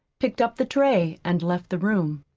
picked up the tray, and left the room.